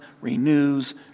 renews